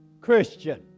Christian